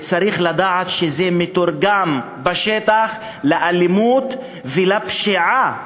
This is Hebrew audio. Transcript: צריך לדעת שזה מתורגם בשטח לאלימות ולפשיעה.